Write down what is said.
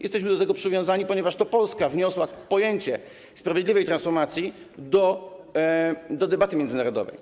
Jesteśmy do tego przywiązani, ponieważ to Polska wniosła pojęcie sprawiedliwej transformacji do debaty międzynarodowej.